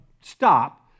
stop